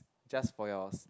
just for yourself